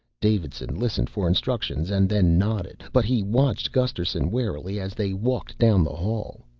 davidson listened for instructions and then nodded. but he watched gusterson warily as they walked down the hall.